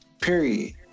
Period